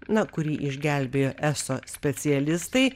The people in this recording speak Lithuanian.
na kurį išgelbėjo eso specialistai